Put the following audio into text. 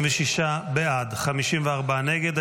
46 בעד, 54 נגד.